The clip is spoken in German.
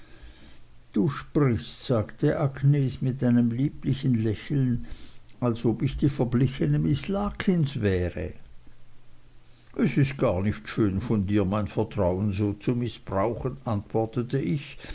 du sprichst sagte agnes mit einem lieblichen lächeln als ob ich die verblichene miß larkins wäre es ist gar nicht schön von dir mein vertrauen so zu mißbrauchen antwortete ich